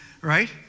right